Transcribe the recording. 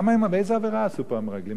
איזו עבירה עשו פה המרגלים?